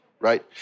Right